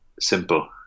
simple